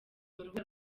urubuga